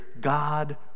God